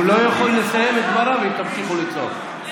הוא לא יוכל לסיים את דבריו אם תמשיכו לצעוק,